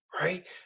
right